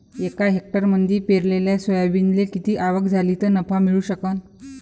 एका हेक्टरमंदी पेरलेल्या सोयाबीनले किती आवक झाली तं नफा मिळू शकन?